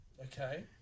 Okay